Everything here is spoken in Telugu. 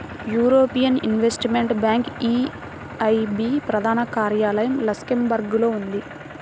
యూరోపియన్ ఇన్వెస్టిమెంట్ బ్యాంక్ ఈఐబీ ప్రధాన కార్యాలయం లక్సెంబర్గ్లో ఉంది